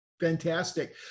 Fantastic